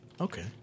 Okay